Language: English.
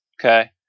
Okay